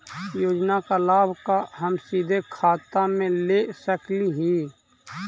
योजना का लाभ का हम सीधे खाता में ले सकली ही?